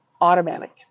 automatic